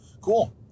Cool